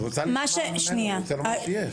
היא רוצה לשמוע ממנו, הוא רוצה לומר שיש.